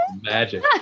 Magic